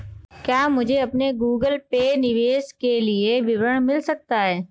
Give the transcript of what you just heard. क्या मुझे अपने गूगल पे निवेश के लिए विवरण मिल सकता है?